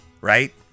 right